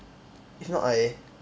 if not I